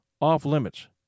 off-limits